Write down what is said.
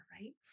right